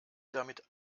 damit